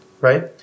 right